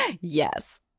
Yes